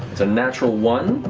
it's a natural one.